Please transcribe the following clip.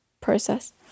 process